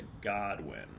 Godwin